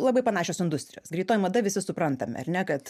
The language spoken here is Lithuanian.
labai panašios industrijos greitoji mada visi suprantame ar ne kad